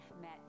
met